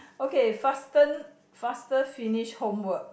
okay fasten faster finish homework